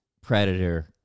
predator